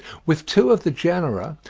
with two of the genera,